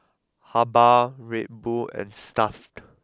Habhal Red Bull and Stuff'd